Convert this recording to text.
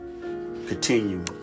continue